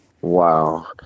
Wow